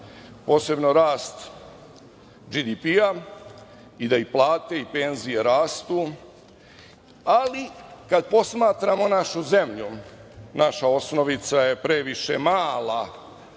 posebno rast BDP i da i plate i penzije rastu, ali kad posmatramo našu zemlju naša osnovica je previše mala,